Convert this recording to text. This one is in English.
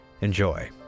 Enjoy